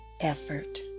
effort